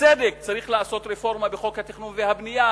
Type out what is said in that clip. שבצדק צריך לעשות רפורמה בחוק התכנון והבנייה,